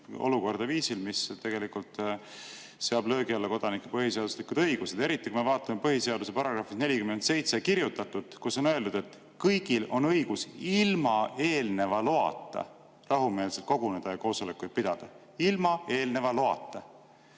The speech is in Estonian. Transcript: olukorda viisil, mis tegelikult seab löögi alla kodanike põhiseaduslikud õigused, eriti kui me vaatame põhiseaduse §-s 47 kirjutatut, kus on öeldud, et kõigil on õigus ilma eelneva loata rahumeelselt koguneda ja koosolekuid pidada. Ilma eelneva loata!